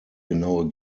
genaue